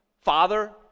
Father